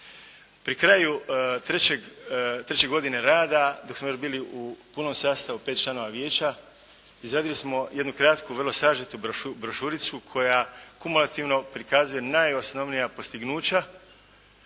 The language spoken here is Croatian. Prije kraju treće godine rada dok smo još bili u punom sastavu pet članova vijeća izradili smo jednu kratku vrlo sažetu brošuricu koja kumulativno prikazuje najosnovnija postignuća